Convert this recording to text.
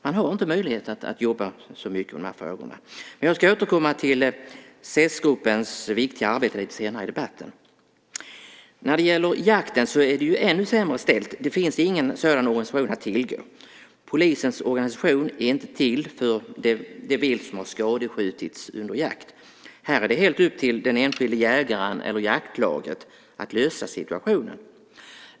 Man har inte möjlighet att jobba så mycket med de här frågorna. Jag ska återkomma till SES-gruppens viktiga arbete lite senare i debatten. Det är ännu sämre ställt när det gäller jakten. Det finns ingen sådan organisation att tillgå. Polisens organisation är inte till för det vilt som har skadeskjutits under jakt. Här är det helt upp till den enskilda jägaren eller jaktlaget att lösa situationen.